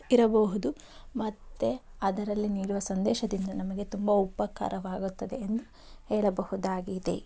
ಇರಬಹುದು ಮತ್ತೆ ಅದರಲ್ಲಿ ನೀಡುವ ಸಂದೇಶದಿಂದ ನಮಗೆ ತುಂಬಾ ಉಪಕಾರವಾಗುತ್ತದೆ ಎಂದು ಹೇಳಬಹುದಾಗಿದೆ